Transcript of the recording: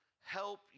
help